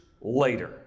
later